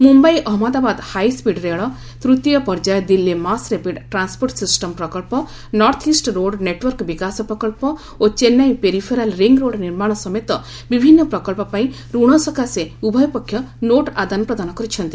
Mumbai Ahmedabad high speed ରେଳ ତୃତୀୟ ପର୍ଯ୍ୟାୟ Delhi mass rapid transport system ପ୍ରକ୍ସ ନର୍ଥ ଇଷ୍ଟ ରୋଡ଼୍ ନେଟ୍ୱର୍କ ବିକାଶ ପ୍ରକଳ୍ପ ଓ ଚେନ୍ନାଇ ପେରିଫେରାଲ୍ ରିଙ୍ଗ୍ ରୋଡ୍ ନିର୍ମାଣ ସମେତ ବିଭିନ୍ନ ପ୍ରକଳ୍ପ ପାଇଁ ଋଣ ସକାଶେ ଉଭୟ ପକ୍ଷ ନୋଟ୍ ଆଦାନ ପ୍ରଦାନ କରିଛନ୍ତି